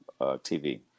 TV